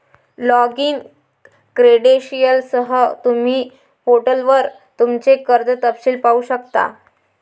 login क्रेडेंशियलसह, तुम्ही पोर्टलवर तुमचे कर्ज तपशील पाहू शकता